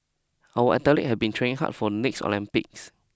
our athletes have been training hard for the next Olympics